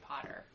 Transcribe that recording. Potter